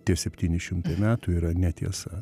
tie septyni šimtai metų yra netiesa